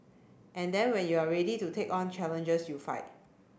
and then when you're ready to take on challenges you fight